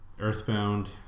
Earthbound